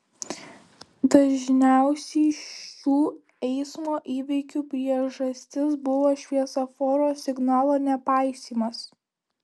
dažniausiai šių eismo įvykių priežastis buvo šviesoforo signalo nepaisymas